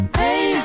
hey